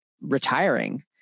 retiring